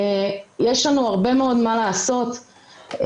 יש לנו הרבה מאוד מה לעשות ואנחנו